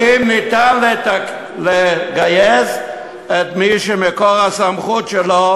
האם ניתן לגייס את מי שמקור הסמכות שלו